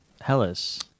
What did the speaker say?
Hellas